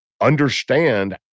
understand